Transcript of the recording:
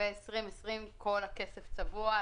כל הכסף ל-2020 כבר צבוע.